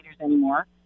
anymore